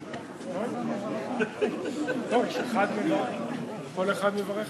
לוין, שגם אותו אנחנו מברכים,